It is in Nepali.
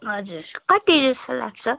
हजुर कति लाग्छ